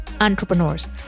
entrepreneurs